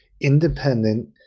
independent